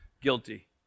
guilty